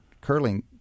curling